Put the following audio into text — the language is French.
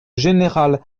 général